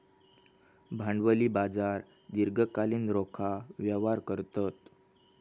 भांडवली बाजार दीर्घकालीन रोखा व्यवहार करतत